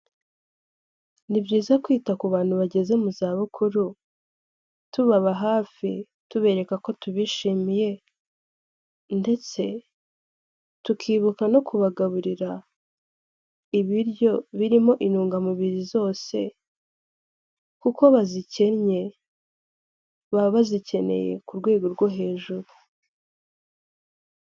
Ni byiza kwita ku bantu bageze mu za bukuru tubaba hafi tubereka ko tubishimiye, ndetse tukibuka no kubagaburira ibiryo birimo intungamubiri zose kuko bazikennye; baba bazikeneye ku rwego rwo hejuru.